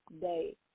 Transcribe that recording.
day